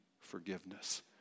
forgiveness